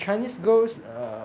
francis grose